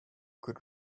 could